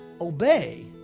Obey